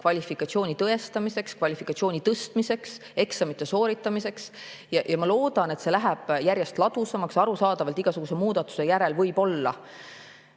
kvalifikatsiooni tõestamiseks, kvalifikatsiooni tõstmiseks, eksamite sooritamiseks. Ma loodan, et see läheb järjest ladusamaks. Arusaadavalt igasuguse muudatuse järel võib olla,